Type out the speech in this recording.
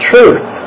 truth